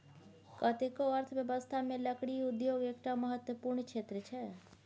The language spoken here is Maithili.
कतेको अर्थव्यवस्थामे लकड़ी उद्योग एकटा महत्वपूर्ण क्षेत्र छै